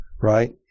right